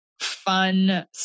fun